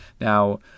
Now